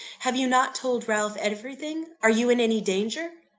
have you not told ralph everything? are you in any danger?